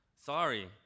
sorry